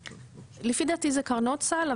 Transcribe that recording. לפי דעתי זה קרנות סל,